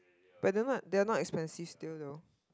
but the one they are not expensive still though